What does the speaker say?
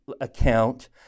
account